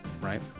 right